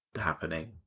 happening